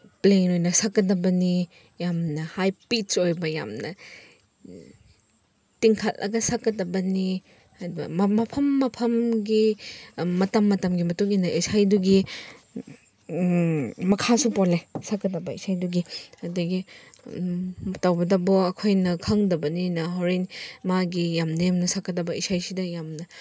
plane ꯑꯣꯏꯅ ꯁꯛꯀꯗꯕꯅꯤ ꯌꯥꯝꯅ ꯍꯥꯏ ꯄꯤꯠꯁ ꯑꯣꯏꯕ ꯌꯥꯝꯅ ꯇꯤꯡꯈꯠꯂꯒ ꯁꯛꯀꯗꯕꯅꯤ ꯍꯥꯏꯕ ꯃꯐꯝ ꯃꯐꯝꯒꯤ ꯃꯇꯝ ꯃꯇꯝꯒꯤ ꯃꯇꯨꯡꯏꯟꯅ ꯏꯁꯩꯗꯨꯒꯤ ꯃꯈꯥꯁꯨ ꯄꯣꯜꯂꯦ ꯁꯛꯀꯗꯕ ꯏꯁꯩꯗꯨꯒꯤ ꯑꯗꯒꯤ ꯇꯧꯕꯗꯁꯨ ꯑꯩꯈꯣꯏꯅ ꯈꯪꯗꯕꯅꯤꯅ ꯍꯣꯔꯦꯟ ꯃꯥꯒꯤ ꯌꯥꯝ ꯅꯦꯝꯅ ꯁꯛꯀꯗꯕ ꯏꯁꯩꯁꯤꯗ ꯌꯥꯝꯅ